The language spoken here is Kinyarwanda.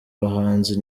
bahanzi